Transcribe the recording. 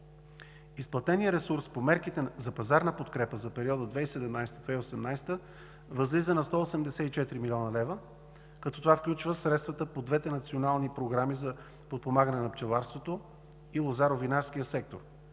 Изплатеният ресурс по мерките на пазарна подкрепа за периода 2017 – 2018 г., възлиза на 184 млн. лв. Това включва средствата по двете национални програми – подпомагане на пчеларството и лозаро-винарския сектор,